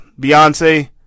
Beyonce